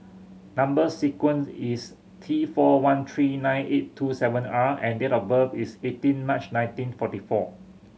number sequence is T four one three nine eight two seven R and date of birth is eighteen March nineteen forty four